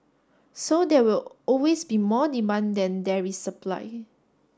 so there will always be more demand than there is supply